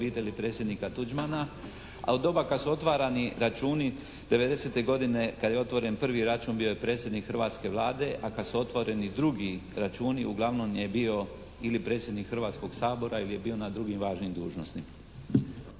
obitelji predsjednika Tuđmana, a u doba kad su otvarani računi '90. godine kad je otvoren prvi račun bio je predsjednik hrvatske Vlade, a kad su otvoreni drugi računi uglavnom je bio ili predsjednik Hrvatskog sabora ili je bio na drugim važnim dužnostima.